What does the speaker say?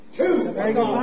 two